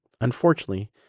Unfortunately